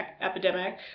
epidemic